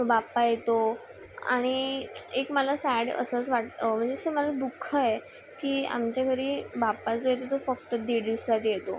तो बाप्पा येतो आणि एक मला सॅड असंच वाट म्हणजे असं मला दुःखए की आमच्या घरी बाप्पा जो येतो तो फक्त दीड दिवसाटी येतो